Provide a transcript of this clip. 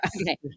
Okay